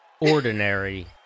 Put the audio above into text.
ordinary